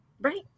Right